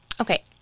Okay